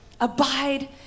Abide